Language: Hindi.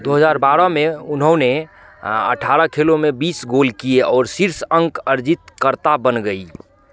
दो हज़ार बारह में उन्होंने अठारह खेलों में बीस गोल किए और शीर्ष अंक अर्जितकर्ता बन गईं